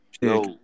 Yo